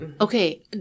Okay